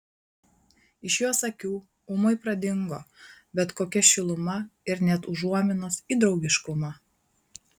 iš jos akių ūmai pradingo bet kokia šiluma ir net užuominos į draugiškumą